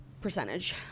percentage